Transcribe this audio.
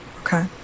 Okay